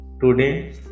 today